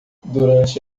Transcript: durante